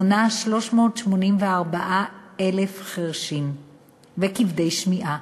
מונה 384,000 חירשים וכבדי שמיעה,